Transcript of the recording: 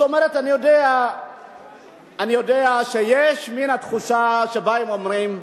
אני יודע שיש תחושה, באים ואומרים: